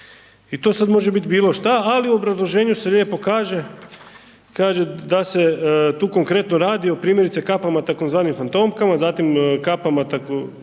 i to sad može bit bilo šta, ali u obrazloženju se lijepo kaže, kaže da se tu konkretno radi o primjerice kapama tzv. fantomkama, zatim kapama ušivene